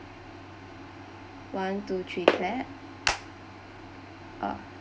one two three clap uh